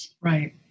Right